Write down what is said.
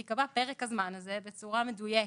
ייקבע פרק הזמן הזה בצורה מדויקת.